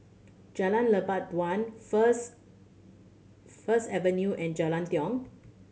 Jalan Lebat Daun First First Avenue and Jalan Tiong